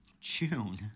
June